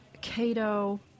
Cato